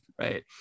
right